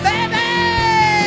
Baby